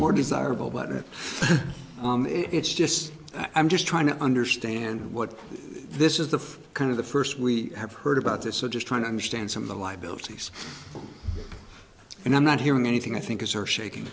more desirable but it it's just i'm just trying to understand what this is the kind of the first we have heard about this so just trying to understand some of the liabilities and i'm not hearing anything i think is or shaking